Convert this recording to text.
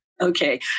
Okay